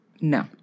No